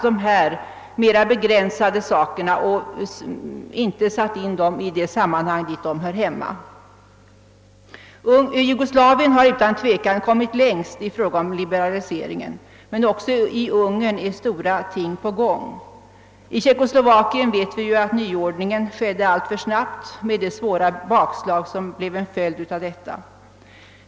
Dessa mera begränsade frågor har vi inte satt in i de sammanhang där de hör hemma. Jugoslavien har utan tvekan kommit längst i fråga om liberaliseringen, men också i Ungern är stora ting på gång. I Tjeckoslovakien vet vi att nyordningen skedde alltför snabbt med de svåra bakslag som blev en följd därav.